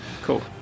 Cool